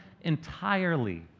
entirely